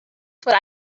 what